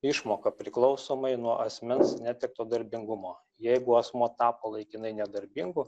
išmoka priklausomai nuo asmens netekto darbingumo jeigu asmuo tapo laikinai nedarbingu